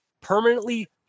permanently